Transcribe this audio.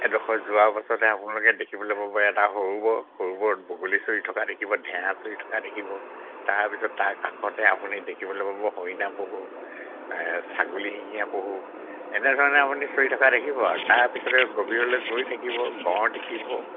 এডোখৰ যোৱাৰ পাছতে আপোনালোকে দেখিবলৈ পাব এটা সৰুবৰ সৰুবৰত বগলী চৰি থকা দেখিব ঢেঁঙা চৰি থকা দেখিব তাৰপিছত তাৰ কাষতে আপুনি দেখিবলৈ পাব হৰিণা পহু ছাগলীশিঙীয়া পহু এনেধৰণে আপুনি চৰি থকা দেখিব আৰু তাৰপিছতে গভীৰলৈ গৈ থাকিব গঁড় দেখিব